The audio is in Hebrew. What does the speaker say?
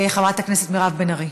חברת הכנסת מירב בן ארי.